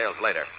later